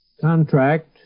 contract